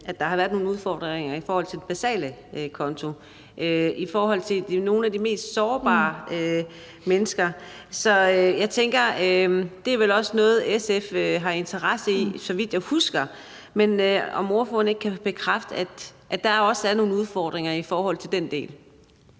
at der har været nogle udfordringer med basale konti i forhold til nogle af de mest sårbare mennesker. Så jeg tænker, at det vel også – så vidt jeg husker – er noget, SF har interesse i. Men kan ordføreren ikke bekræfte, at der også er nogle udfordringer i forhold til den del?